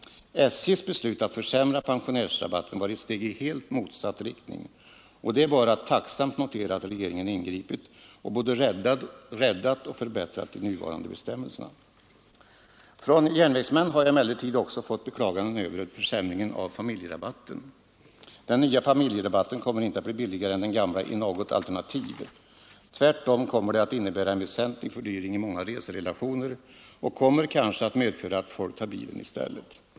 SJ:s beslut att försämra pensionärsrabatten var ett steg i helt motsatt riktning, och det är bara att tacksamt notera att regeringen ingripit och både räddat 67-kortet och förbättrat de nuvarande bestämmelserna. Från järnvägsmän har jag emellertid också fått beklaganden över försämringen av familjerabatten. Den nya familjerabatten kommer inte att resultera i billigare resor än den gamla i något alternativ. Tvärtom kommer den att innebära en väsentlig fördyring i många reserelationer och kommer kanske att medföra att folk tar bilen i stället.